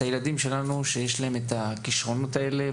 הילדים שלנו שיש להם את הכישרונות האלה,